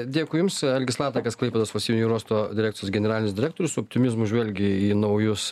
dėkui jums algis latakas klaipėdos valstybinio jūrų uosto direkcijos generalinis direktorius su optimizmu žvelgia į naujus